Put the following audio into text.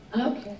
Okay